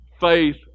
faith